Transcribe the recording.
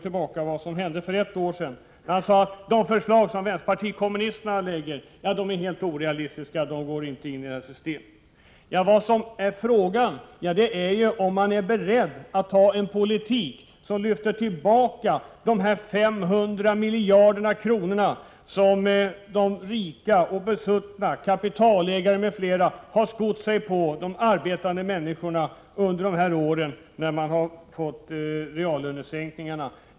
Han sade då att de förslag som vänsterpartiet kommunisterna lägger fram är helt orealistiska och inte går in i systemet. Frågan är om man är beredd att föra en politik där man lyfter tillbaka de 500 miljarder kronor som de rika och besuttna, kapitalägare m.fl. har tjänat på de arbetande människornas bekostnad under de år dessa har fått reallönesänkningar.